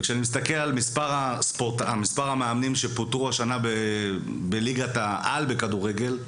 וכשאני מסתכל על מספר המאמנים שפוטרו השנה בליגת העל בכדורגל,